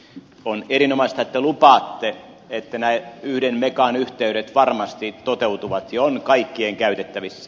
on erinomaista että lupaatte että nämä yhden megan yhteydet varmasti toteutuvat ja ovat kaikkien käytettävissä